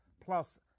plus